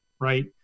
right